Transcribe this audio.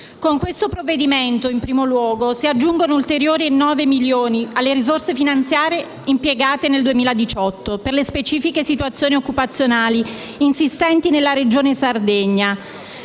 Con questo provvedimento, in primo luogo, si aggiungono ulteriori 9 milioni alle risorse finanziarie impiegate nel 2018 per le specifiche situazioni occupazionali insistenti nella Regione Sardegna,